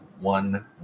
One